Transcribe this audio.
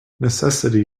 necessity